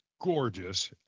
gorgeous